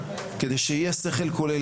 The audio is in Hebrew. כדי שיהיה שכל כולל,